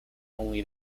only